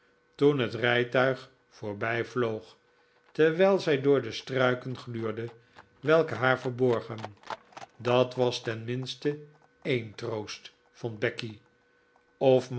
toen het rijtuig voorbij vloog terwijl zij door de struiken gluurde welke haar verborgen dat was tenminste een troost vond becky